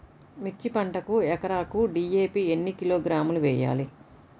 మిర్చి పంటకు ఎకరాకు డీ.ఏ.పీ ఎన్ని కిలోగ్రాములు వేయాలి?